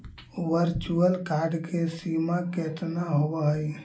virtual card की सीमा केतना होवअ हई